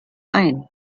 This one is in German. ein